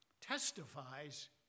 testifies